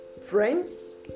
Friends